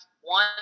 One